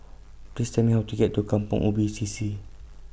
Please Tell Me How to get to Kampong Ubi C C